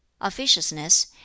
officiousness